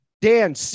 Dan